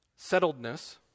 settledness